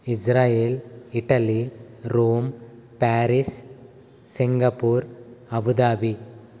Israel Italy Rome Paris Singapore Abu Dhabi